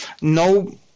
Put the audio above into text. No –